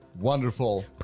Wonderful